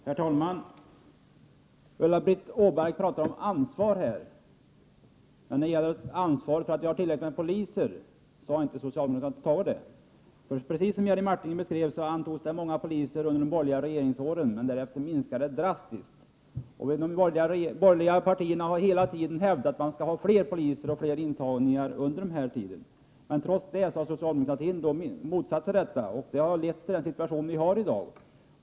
Herr talman! Ulla-Britt Åbark talade om ansvar. Men socialdemokraterna har inte tagit ansvar för att se till att det finns tillräckligt många poliser. Precis som Jerry Martinger beskrev antogs många personer till polishögskolan under de borgerliga regeringsåren, men därefter minskade antalet drastiskt. De borgerliga partierna har hela tiden hävdat att det behövs fler poliser och att det skall ske fler intagningar till polishögskolan. Men socialdemokraterna har motsatt sig detta. Det har lett till den nuvarande situationen.